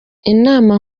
inama